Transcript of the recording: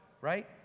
right